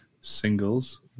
singles